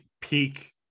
peak